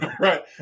right